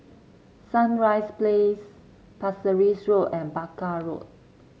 Sunrise Place Pasir Ris Road and Barker Road